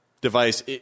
device